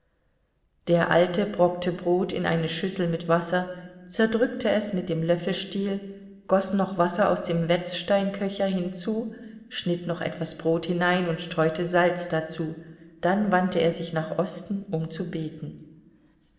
der alte brockte brot in eine schüssel mit wasser zerdrückte es mit dem löffelstiel goß noch wasser aus dem wetzsteinköcher hinzu schnitt noch etwas brot hinein und streute salz dazu dann wandte er sich nach osten um zu beten